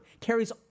carries